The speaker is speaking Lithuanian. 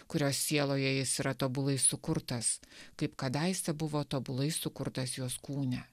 kurio sieloje jis yra tobulai sukurtas kaip kadaise buvo tobulai sukurtas jos kūne